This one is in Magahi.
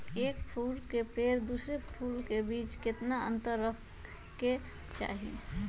एक फुल के पेड़ के दूसरे पेड़ के बीज केतना अंतर रखके चाहि?